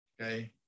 Okay